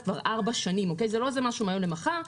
כבר ארבע שנים זה לא מהיום למחר.